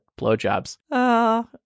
blowjobs